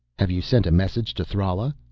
have you sent a message to thrala?